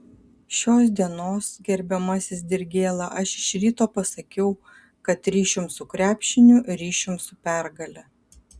šios dienos gerbiamasis dirgėla aš iš ryto pasakiau kad ryšium su krepšiniu ryšium su pergale